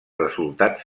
resultat